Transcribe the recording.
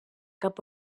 cap